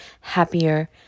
happier